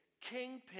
kingpin